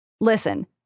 Listen